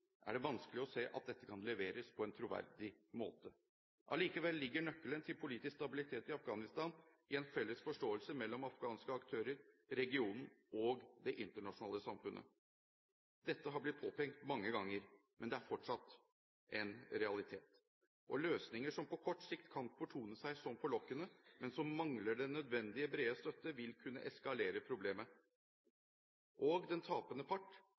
er det vanskelig å se at dette kan leveres på en troverdig måte. Allikevel ligger nøkkelen til politisk stabilitet i Afghanistan i en felles forståelse mellom afghanske aktører, regionen og det internasjonale samfunnet. Dette har blitt påpekt mange ganger, men det er fortsatt en realitet. Løsninger som på kort sikt kan fortone seg som forlokkende, men som mangler den nødvendige, brede støtte, vil kunne eskalere problemet. Den tapende part